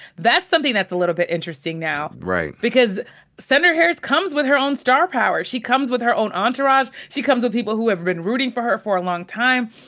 that's something that's a little bit interesting now. right. because senator harris comes with her own star power. she comes with her own entourage. she comes with people who have been rooting for her for a long time.